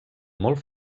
molt